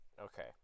Okay